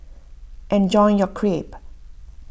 enjoy your Crepe